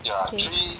okay